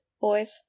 boys